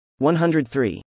103